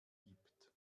gibt